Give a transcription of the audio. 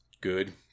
Good